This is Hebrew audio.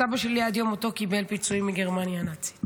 הסבא שלי עד יום מותו קיבל פיצויים מגרמניה הנאצית.